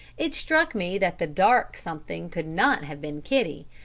it struck me that the dark something could not have been kitty,